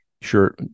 sure